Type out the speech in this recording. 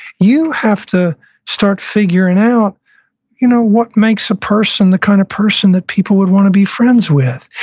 you have to start figuring out you know what makes a person the kind of person that people would want to be friends with,